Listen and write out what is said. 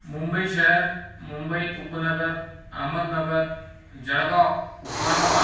मुंबई शहर मुंबई उपनगर अहमदनगर जळगाव उस्मानाबाद